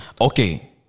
Okay